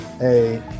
hey